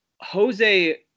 Jose